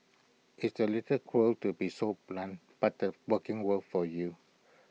it's A little cruel to be so blunt but the working world for you